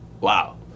Wow